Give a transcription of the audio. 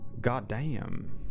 Goddamn